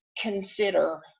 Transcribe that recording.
consider